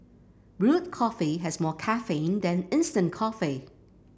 brewed coffee has more caffeine than instant coffee